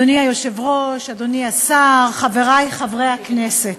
אדוני היושב-ראש, אדוני השר, חברי חברי הכנסת,